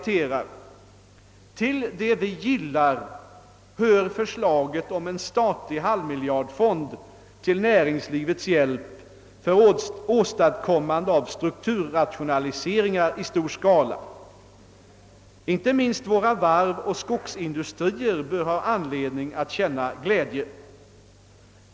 »Till det vi gillar hör förslaget om en statlig halvmiljardfond till näringslivets hjälp för åstadkommande av strukturrationaliseringar i stor skala. Inte minst våra varv och skogsindustrier bör ha anledning känna glädje.